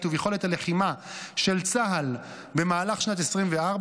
וביכולת הלחימה של צה"ל במהלך שנת 2024,